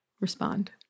Respond